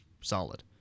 solid